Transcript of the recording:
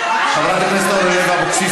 חברת הכנסת אורלי לוי אבקסיס,